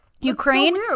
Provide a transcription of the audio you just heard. Ukraine